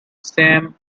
sam